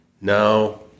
Now